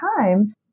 time